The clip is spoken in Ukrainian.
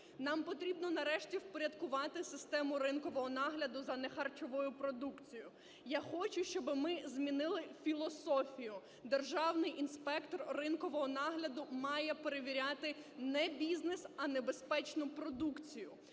Нам потрібно нарешті впорядкувати систему ринкового нагляду за нехарчовою продукцією. Я хочу, щоб ми змінили філософію, державний інспектор ринкового нагляду має перевіряти не бізнес, а небезпечну продукцію.